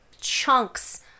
chunks